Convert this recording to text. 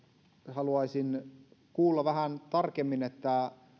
haluaisin kuulla vähän tarkemmin